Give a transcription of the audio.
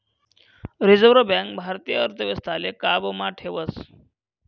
reserve bank भारतीय अर्थव्यवस्थाले काबू मा ठेवस